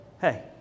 hey